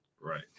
Right